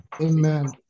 Amen